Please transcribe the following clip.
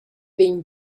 vegn